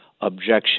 objection